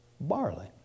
Barley